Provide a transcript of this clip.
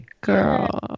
girl